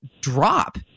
drop